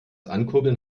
ankurbeln